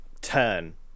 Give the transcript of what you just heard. turn